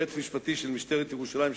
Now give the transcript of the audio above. יועץ משפטי של משטרת ירושלים,